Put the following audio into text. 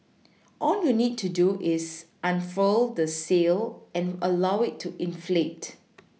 all you need to do is unfurl the sail and allow it to inflate